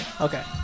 okay